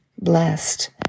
blessed